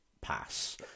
pass